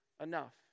enough